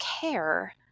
care